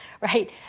right